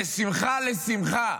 משמחה לשמחה.